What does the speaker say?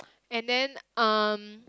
and then um